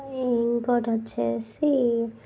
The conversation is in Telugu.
ఇంకోటొచ్చేసి